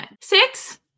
Six